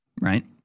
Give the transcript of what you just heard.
right